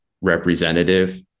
representative